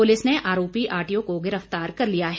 police ने आरोपी RTO को गिरफ्तार कर लिया है